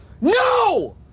No